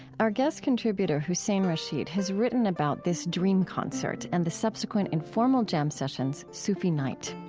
our guest contributor, hussein rashid, has written about this dream concert and the subsequent informal jam sessions, sufi night.